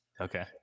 Okay